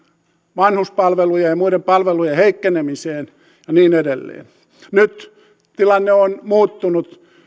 vanhuspalvelujen ja muiden palvelujen heikkenemiseen ja niin edelleen nyt tilanne on muuttunut